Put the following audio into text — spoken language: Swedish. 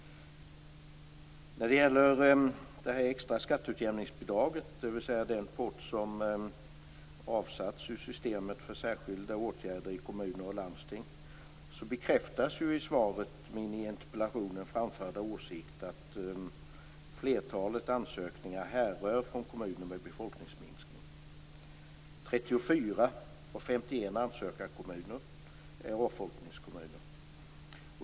När det gäller det extra skatteutjämningsbidraget, dvs. den pott som avsatts i systemet för särskilda åtgärder i kommuner och landsting, bekräftas i svaret min i interpellationen framförda åsikt att flertalet ansökningar härrör från kommuner med befolkningsminskning. 34 av 51 ansökarkommuner är avfolkningskommuner.